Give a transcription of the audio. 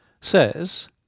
says